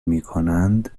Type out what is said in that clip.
میکنند